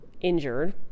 injured